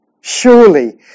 surely